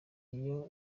iyo